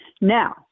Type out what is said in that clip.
Now